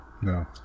No